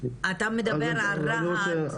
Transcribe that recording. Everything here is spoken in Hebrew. אתה מדבר על רהט.